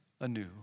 anew